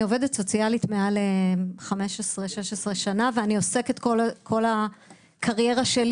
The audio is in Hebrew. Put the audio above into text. אני עובדת סוציאלית מעל 16 שנה וכל הקריירה שלי